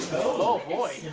oh, boy.